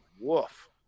Woof